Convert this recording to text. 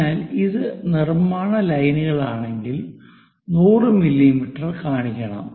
അതിനാൽ ഇത് നിർമ്മാണ ലൈനുകളാണെങ്കിൽ 100 മില്ലീമീറ്റർ കാണിക്കണം